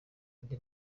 andi